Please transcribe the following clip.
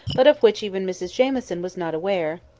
but of which even mrs jamieson was not aware.